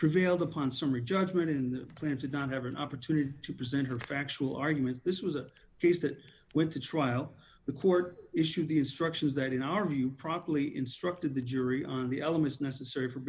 prevailed upon summary judgment in the plant did not have an opportunity to present her factual arguments this was a case that went to trial the court issued the instructions that in our view properly instructed the jury on the elements necessary for